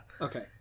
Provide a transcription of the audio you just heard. Okay